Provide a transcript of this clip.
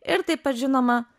ir taip pat žinoma